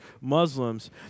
Muslims